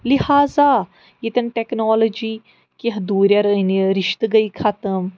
لِہذا ییٚتیٚن ٹیٚکنالوجی کیٚنٛہہ دوٗریٚر أنۍ ٲں رِشتہٕ گٔے خَتم